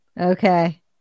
Okay